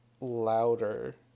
louder